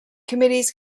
committees